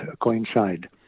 coincide